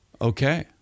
Okay